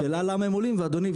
השאלה למה הם עולים אדוני,